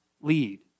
lead